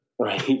Right